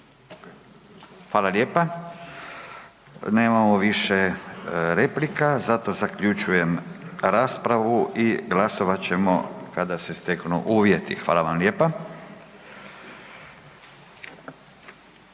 Hvala lijepa. Nemamo više replika, zato zaključujem raspravu i glasovat ćemo kada se steknu uvjeti. Hvala vam lijepa.